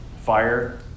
fire